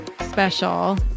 special